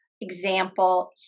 example